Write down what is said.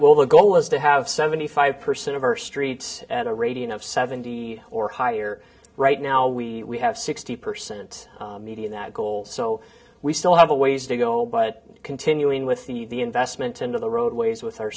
well the goal was to have seventy five percent of our streets at a radius of seventy or higher right now we have sixty percent media that goal so we still have a ways to go but continuing with the the investment into the roadways with our